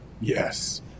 Yes